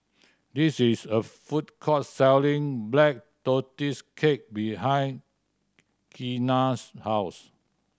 this is a food court selling Black Tortoise Cake behind Keena's house